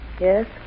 Yes